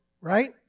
right